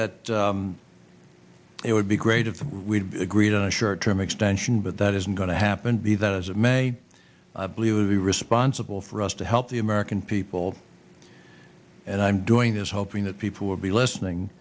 that it would be great if we agreed on a short term extension but that isn't going to happen be that as it may i believe would be responsible for us to help the american people and i'm doing this hoping that people will be listening